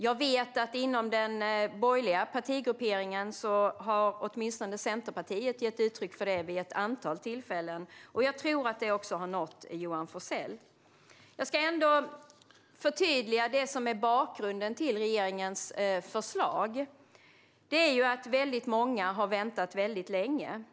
Jag vet att inom den borgerliga partigrupperingen har åtminstone Centerpartiet gett uttryck för detta vid ett antal tillfällen, och jag tror att det också har nått Johan Forssell. Jag ska förtydliga bakgrunden till regeringens förslag: Det är att väldigt många har väntat väldigt länge.